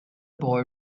boy